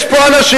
יש פה אנשים,